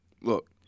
look